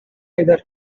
either